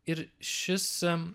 ir šis